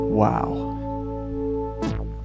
wow